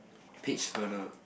page earner